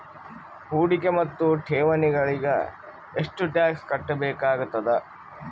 ಹೂಡಿಕೆ ಮತ್ತು ಠೇವಣಿಗಳಿಗ ಎಷ್ಟ ಟಾಕ್ಸ್ ಕಟ್ಟಬೇಕಾಗತದ?